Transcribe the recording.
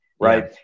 right